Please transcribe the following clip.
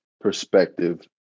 perspective